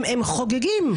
הם חוגגים.